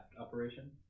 operation